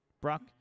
Brock